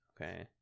Okay